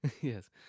Yes